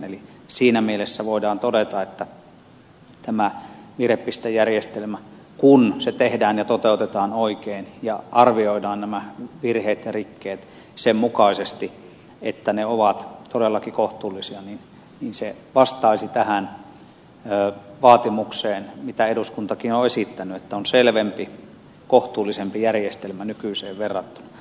eli siinä mielessä voidaan todeta että tämä virhepistejärjestelmä kun se tehdään ja toteutetaan oikein ja arvioidaan nämä virheet ja rikkeet sen mukaisesti että ne ovat todellakin kohtuullisia se vastaisi tähän vaatimukseen mitä eduskuntakin on esittänyt että on selvempi kohtuullisempi järjestelmä nykyiseen verrattuna